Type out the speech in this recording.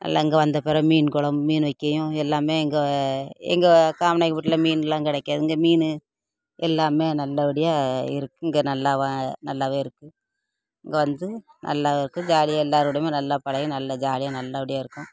எல்லாம் இங்கே வந்த பிறவு மீன் குழம்பு மீன் வைக்கையும் எல்லாம் இங்கே எங்கள் காமநாயக்கன் பட்டியில் மீன்லாம் கிடைக்காது இங்கே மீன் எல்லாமே நல்லபடியாக இருக்கும் இங்கே நல்லா நல்லாவே இருக்கும் இங்கே வந்து நல்லா இருக்கும் ஜாலியாக எல்லாரோடையுமே நல்லா பழகி நல்லா ஜாலியாக நல்லபடியாக இருப்போம்